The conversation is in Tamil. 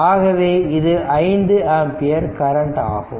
ஆகவே இது 5 ஆம்பியர் கரண்ட் ஆகும்